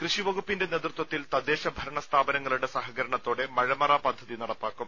കൃഷി വകുപ്പിന്റെ നേതൃത്വത്തിൽ തദ്ദേശ ഭരണ സ്ഥാപനങ്ങളുടെ സഹകരണത്തോടെ മഴമറ പദ്ധതി നടപ്പാക്കും